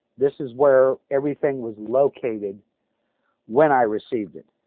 this is where everything was located when i received it.